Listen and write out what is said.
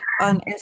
on